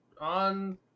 on